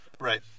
Right